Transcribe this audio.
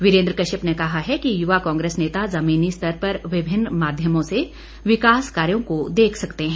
वीरेन्द्र कश्यप ने कहा है कि युवा कांग्रेस नेता जमीनी स्तर पर विभिन्न माध्यमों से विकास कार्यों को देख सकते हैं